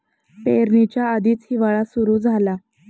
पेरणीच्या आधीच हिवाळा सुरू झाला